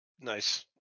nice